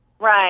Right